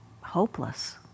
hopeless